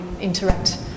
interact